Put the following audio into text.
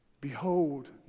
Behold